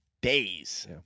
days